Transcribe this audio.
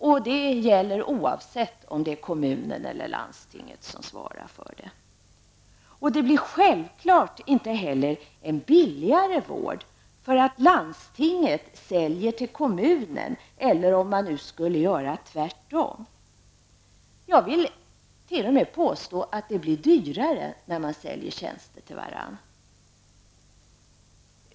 Detta gäller oavsett om det är kommunen eller landstinget som svarar för vården. Självfallet blir det inte heller en billigare vård för att landstinget säljer ut den till kommunen, eller om man gör tvärtom. Jag vill t.o.m. påstå att det blir dyrare när man säljer tjänster till varandra.